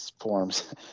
forms